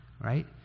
right